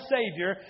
Savior